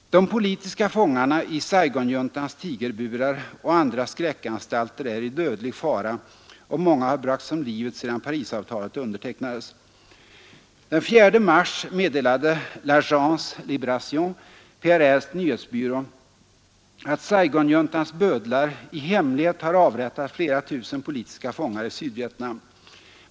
De politiska fångarna i Saigonjuntans tigerburar och andra skräckanstalter är i dödlig fara, och många har bragts om livet sedan Parisavtalet undertecknades. Den 4 mars meddelade P'Agence Libération, PRR:s nyhetsbyrå, att Saigonjuntans bödlar ”i hemlighet har avrättat flera tusen politiska fångar i Sydvietnam”.